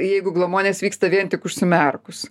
jeigu glamonės vyksta vien tik užsimerkus